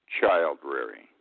child-rearing